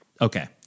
okay